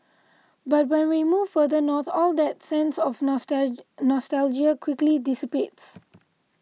but when we move further north all that sense of nostalgia quickly dissipates